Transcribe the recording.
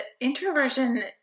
introversion